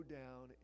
down